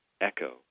Echo